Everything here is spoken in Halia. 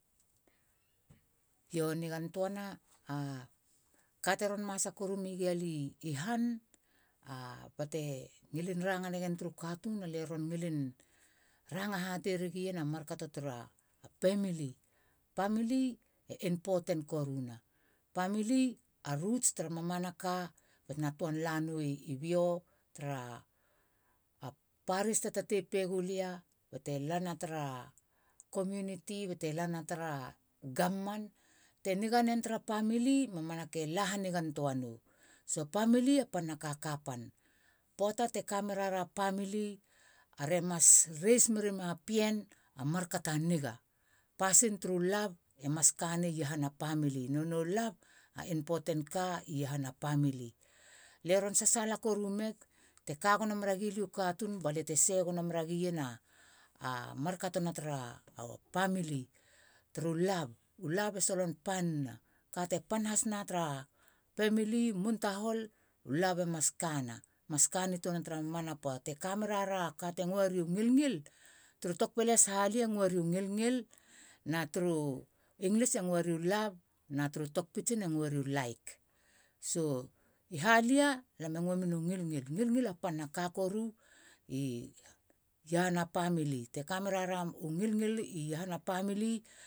Io, nigan töana, a ka te ron masa koru megi lia i han a bate ngilin ranga negen turu katuun, alie ron ngilin ranga hate regien a markato tara pamili. Pamili e inpoten koruna, pamili a ruts tara mamanaka batena töan la nou i bio tara a paris te tatei pe gulia bate lan tra komuniti bate lana tra gavman. Te niga nen tra pamili, mamanaka iahana nigan töa nou. So pamili a pana ka kapan. Poata te ka mera ra pamili, ara e mas reis merima pien a markato a niga. Pasin turu lav e mas kanei iahana pamili. Nonei u lav a inpoten ka i iahana pamili. Lie ron sasaala koru meg, teka gono meragi lia u katuun balia te se gono mera gien a markatona tra pamili, turu lav. U lav e solon panina. Ka te pan has na tra pamili u moun tahol, u lav e mas kana. E mas ka nitöana tara mamana pöata. Te ka me rara a ka te ngoeri u ngilngil na turu inglis e ngoeri u lav, na turu tokpigin e ngoeri u laik. So i halia lame ngoemen u ngilngil. Ngilngil, a panaka koru iahana pamili. Te ka nerara u ngilngil i iahana pamili